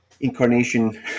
incarnation